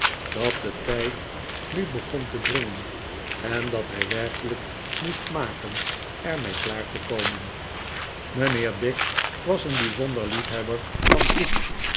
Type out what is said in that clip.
dat de tijd nu begon te dringen en dat hij werkelijk moest maken er mee klaar te komen mijnheer dick was een bijzonder liefhebber van koek